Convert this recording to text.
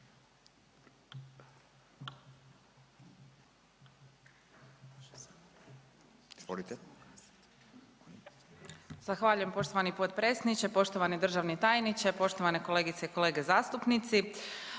Zahvaljujem poštovani potpredsjedniče, poštovani državni tajniče, poštovane kolegice i kolege zastupnici.